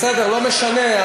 בסדר, לא משנה.